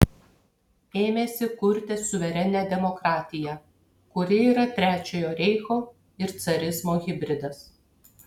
ėmėsi kurti suverenią demokratiją kuri yra trečiojo reicho ir carizmo hibridas